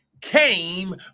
came